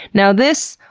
now this,